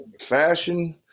fashion